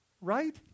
right